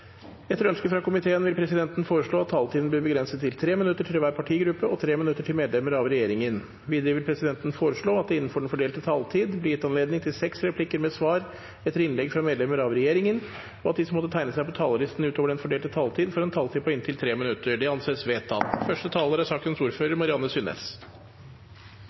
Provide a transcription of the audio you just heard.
Etter ønske fra utdannings- og forskningskomiteen vil presidenten foreslå at taletiden blir begrenset til 3 minutter til hver partigruppe og 3 minutter til medlemmer av regjeringen. Videre vil presidenten foreslå at det – innenfor den fordelte taletid – blir gitt anledning til replikkordskifte på seks replikker med svar etter innlegg fra medlemmer av regjeringen, og at de som måtte tegne seg på talerlisten utover den fordelte taletid, får en taletid på inntil 3 minutter. – Det anses vedtatt.